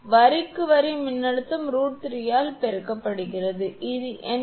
வரிக்கு வரி மின்னழுத்தம் √3 ஆல் பெருக்கப்படுகிறது அது 82